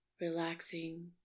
Relaxing